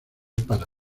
para